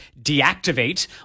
deactivate